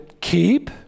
keep